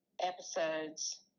episodes